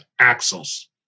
axles